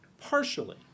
partially